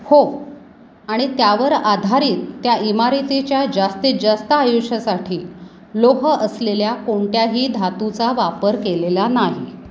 हो आणि त्यावर आधारित त्या इमारतीच्या जास्तीत जास्त आयुष्यासाठी लोह असलेल्या कोणत्याही धातूचा वापर केलेला नाही